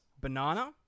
Banana